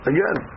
Again